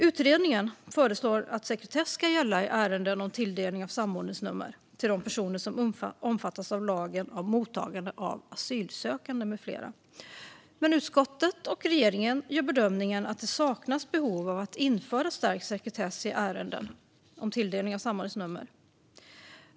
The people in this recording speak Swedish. Utredningen föreslår att sekretess ska gälla i ärenden om tilldelning av samordningsnummer till de personer som omfattas av lagen om mottagande av asylsökande med flera, men utskottet och regeringen gör bedömningen att det saknas behov av att införa stärkt sekretess i ärenden om tilldelning av samordningsnummer.